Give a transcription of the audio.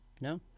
No